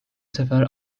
sefer